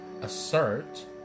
assert